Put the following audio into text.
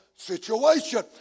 Situation